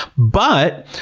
but,